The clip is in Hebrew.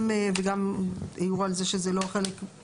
וגם העירו על זה שזה לא בהכרח